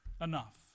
enough